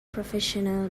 professional